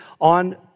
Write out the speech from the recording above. on